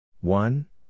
One